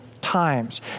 times